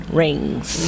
rings